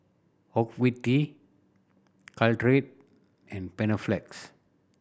Ocuvite Caltrate and Panaflex